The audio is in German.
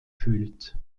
fühlt